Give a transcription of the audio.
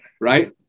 right